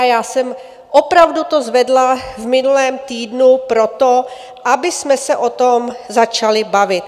Já jsem opravdu to zvedla v minulém týdnu proto, abychom se o tom začali bavit.